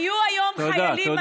הם חיכו 12 שנים ולא עשיתם את זה.